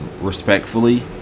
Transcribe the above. respectfully